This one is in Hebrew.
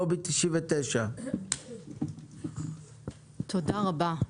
לובי 99. תודה רבה,